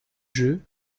jeux